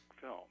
film